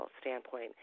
standpoint